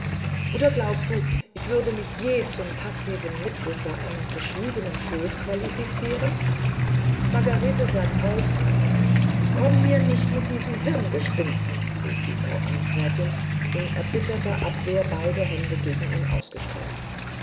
oder glaubst du ich würde mich je zum passiven mitwisser einer verschwiegenen schuld qualifizieren margarete sagt aus komme mir nicht mit diesen hirngespinsten rief die frau amtsrätin in erbitterter abwehr beide hände gegen ihn